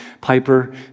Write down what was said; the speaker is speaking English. Piper